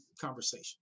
conversation